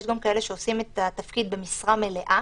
יש גם כאלה שעושים את התפקיד במשרה מלאה.